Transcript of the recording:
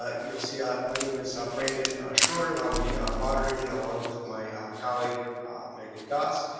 ah you'll see. ah my name is brandon schroeder and i'll be moderating along with my colleague meaghan gass.